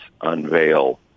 unveil